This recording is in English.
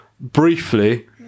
Briefly